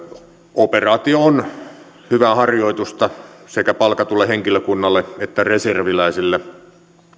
operaatio on hyvää harjoitusta sekä palkatulle henkilökunnalle että reserviläisille